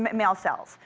male cells.